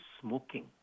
smoking